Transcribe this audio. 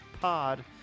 pod